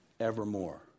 evermore